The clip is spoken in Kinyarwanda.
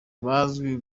bazwi